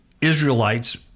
Israelites